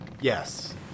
yes